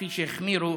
כפי שהחמירו